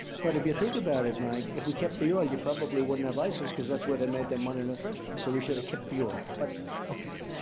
but if you think about it, mike, if we kept the oil, you probably wouldn't have isis, cause that's where they made their money in the first place. so we should have kept the oil, but okay.